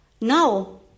Now